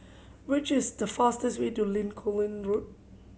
which is the fastest way to Lincoln Ling Road